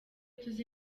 tuzi